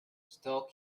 still